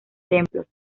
templos